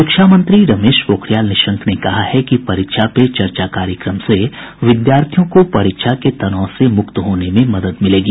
शिक्षामंत्री रमेश पोखरियाल निशंक ने कहा है कि परीक्षा पे चर्चा कार्यक्रम से विद्यार्थियों को परीक्षा के तनाव से मुक्त होने में मदद मिलेगी